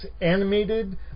animated